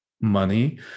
money